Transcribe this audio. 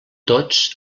tots